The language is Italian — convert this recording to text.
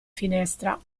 finestra